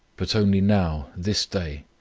but only now, this day,